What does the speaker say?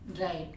Right